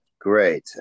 great